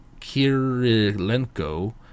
Kirilenko